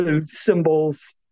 symbols